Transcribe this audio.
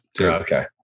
Okay